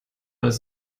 alles